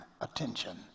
attention